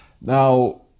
Now